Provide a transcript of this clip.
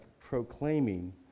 proclaiming